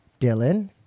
Dylan